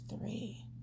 three